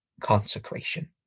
Consecration